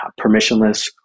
permissionless